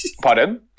Pardon